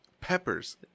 peppers